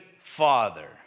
father